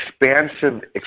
expansive